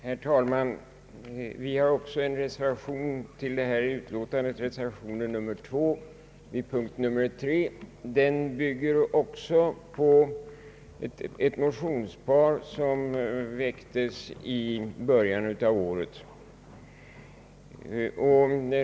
Herr talman! Reservationen 2 vid punkten 3 i detta utlåtande bygger på motionerna 1I:372 och II: 431, vilka väcktes i början av detta år.